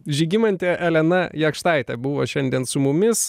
žygimantė elena jakštaitė buvo šiandien su mumis